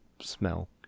smell